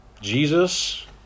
Jesus